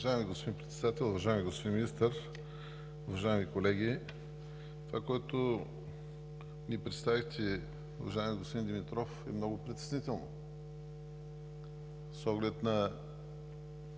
Уважаеми господин Председател, уважаеми господин Министър, уважаеми колеги! Това, което ни представихте, уважаеми господин Димитров, е определено много притеснително с оглед на